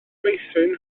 meithrin